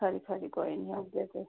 खरी खरी कोई नीं औगे